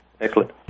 excellent